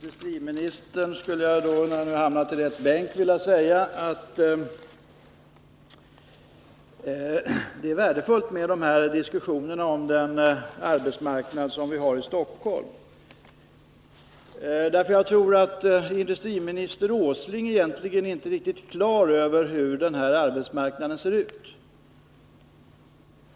Herr talman! Det är värdefullt med sådana här diskussioner om den arbetsmarknad vi har i Stockholm. Jag tror nämligen att industriminister Åsling egentligen inte har riktigt klart för sig hur den arbetsmarknaden ser ut.